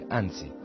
anzi